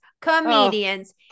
comedians